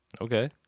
Okay